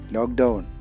Lockdown